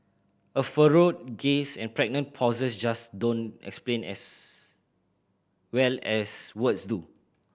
a furrowed gaze and pregnant pause just don't explain as well as words do